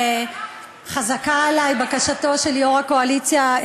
חזקה עלי בקשתו של יו"ר הקואליציה,